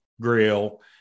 grill